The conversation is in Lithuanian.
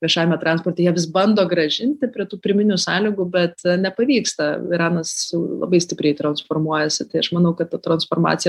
viešajame transporte jie vis bando grąžinti prie tų pirminių sąlygų bet nepavyksta iranas labai stipriai transformuojasi tai aš manau kad ta transformacija